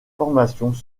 formations